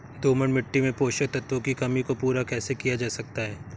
दोमट मिट्टी में पोषक तत्वों की कमी को पूरा कैसे किया जा सकता है?